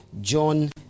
John